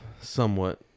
somewhat